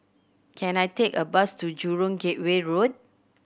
can I take a bus to Jurong Gateway Road